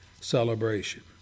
celebration